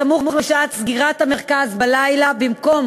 סמוך לשעת סגירת המרכז בלילה, במקום